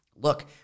look